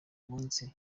munsi